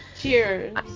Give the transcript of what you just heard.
Cheers